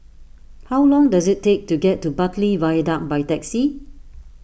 how long does it take to get to Bartley Viaduct by taxi